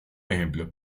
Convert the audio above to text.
ejemplo